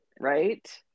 Right